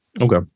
okay